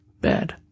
bad